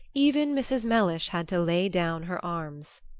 even mrs. mellish had to lay down her arms.